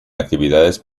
actividades